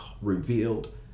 revealed